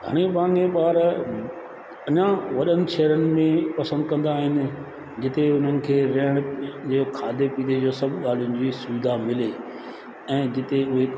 घणे मांगे ॿार अञा वॾनि शहरनि में पसंदि कंदा आहिनि जिते उन्हनि खे रहण जे खाधे पीते जो सभु ॻाल्हियुनि जी सुविधा मिले ऐं जिते उहे